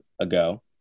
ago